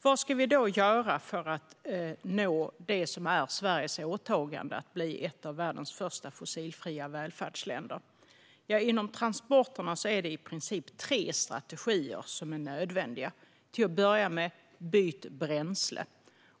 Vad ska vi då göra för att nå Sveriges åtagande att bli ett av världens första fossilfria välfärdsländer? Inom transporter är det i princip tre strategier som är nödvändiga. Till att börja med: Byt bränsle!